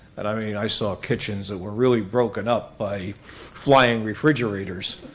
and i mean, i saw kitchens that were really broken up by flying refrigerators.